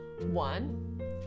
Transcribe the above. One